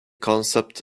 concept